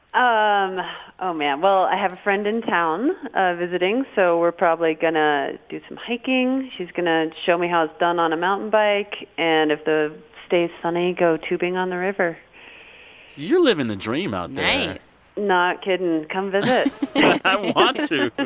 um oh, man, well, i have a friend in town ah visiting, so we're probably going to do some hiking. she's going to show me how it's done on a mountain bike. and if the stays sunny, go tubing on the river you're living the dream out there nice not kidding. come visit i want to.